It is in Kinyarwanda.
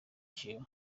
ciwe